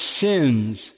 sins